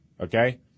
okay